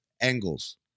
Angles